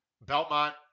Belmont